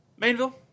Mainville